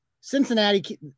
Cincinnati